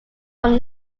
from